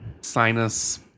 sinus